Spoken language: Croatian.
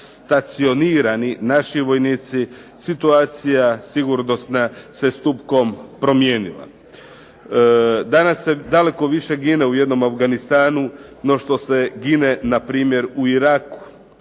stacionirani naši vojnici situacija sigurnosna se .../Govornik se ne razumije./... promijenila. Danas se daleko više gine u jednom Afganistanu no što se gine na primjer u Iraku.